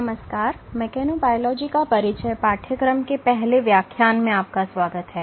नमस्कार मेकेनोबायोलॉजी का परिचय पाठ्यक्रम के पहले व्याख्यान में आपका स्वागत है